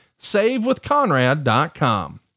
savewithconrad.com